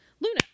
luna